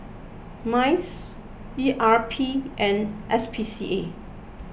Mice E R P and S P C A